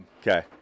okay